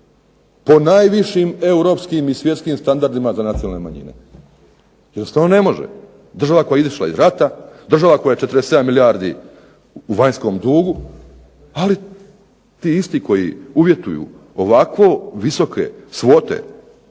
po najvišim europskim i svjetskim standardima za nacionalne manjine. Jednostavno ne može. Država koja je izašla iz rata, država koja je 47 milijardi u vanjskom dugu, ali ti isti koji uvjetuju ovako visoke svote